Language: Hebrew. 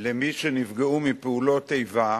למי שנפגעו מפעולות איבה,